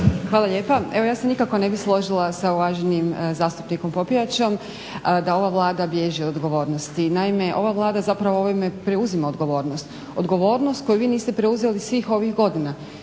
Hvala lijepa. Evo ja se nikako ne bih složila sa uvaženim zastupnikom Popijačom da ova Vlada bježi od odgovornosti. Naime, ova Vlada zapravo ovime preuzima odgovornost, odgovornost koju vi niste preuzeli svih ovih godina.